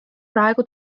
praegu